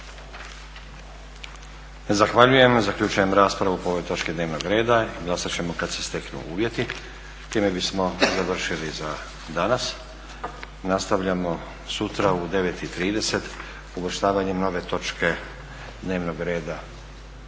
Zahvaljujem. Zaključujem raspravu po ovoj točki dnevnog reda. Glasat ćemo kad se steknu uvjeti. Time bismo završili za danas. Nastavljamo sutra u 9,30 uvrštavanjem nove točke dnevnog reda